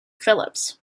phillips